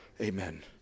Amen